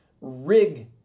rig